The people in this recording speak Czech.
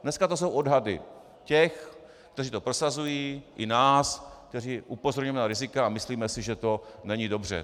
Dneska jsou to odhady těch, kteří to prosazují, i nás, kteří upozorňujeme na rizika a myslíme si, že to není dobře.